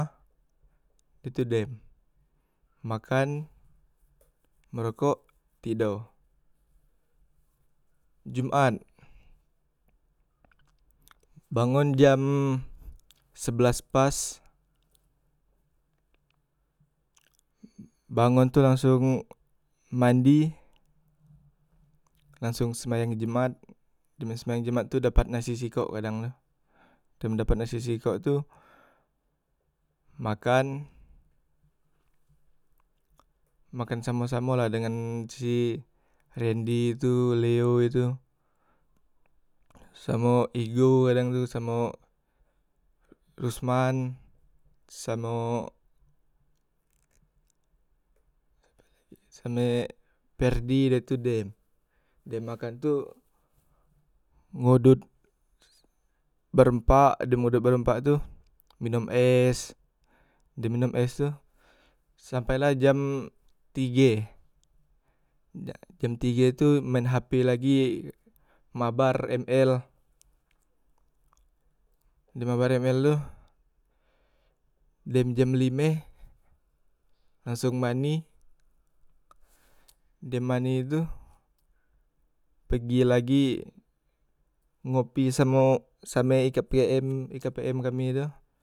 Ah de tu dem, makan, merokok, tido, jumat bangon jam sebelas pas bangon tu langsong mandi, langsong sembayang jemat, sembayang jemat tu dapat nasi sikok kadang tu, dem dapat nasi sikok tu makan makan samo- samo la dengan si rendi tu, leo tu, samo ego kadang tu, samo rusman samo siape lagi ye, same ferdi dem tu dem, dem makan tu ngodot se berempak dem ngodot berempak tu minom es, dem minom es tu sampai la jam tige, dak jak jam tige tu maen hp lagi mabar ml dem mabar ml tu dem jam lime langsong mani dem mani tu pegi lagi ngopi samo same ikapeem ikapeen kami tu.